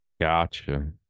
Gotcha